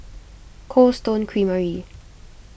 Cold Stone Creamery